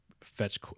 fetch